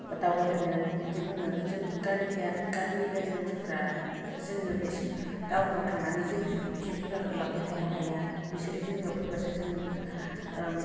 दावाय होनो बिदि बुङो जों गामियारि गामि एरियानि मानसिफोरा जोङो बे टाउनाव थांनानै जेबो जिब जुनारखौ लांबाय थानो हाया बिसोरो जोंनियाव फैबासो जों